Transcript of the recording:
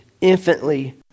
infinitely